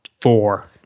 four